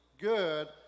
good